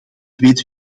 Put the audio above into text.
weten